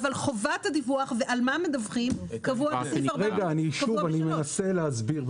אבל חובת הדיווח ועל מה מדווחים קבוע בסעיף 3. אני מנסה להסביר,